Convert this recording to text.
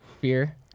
fear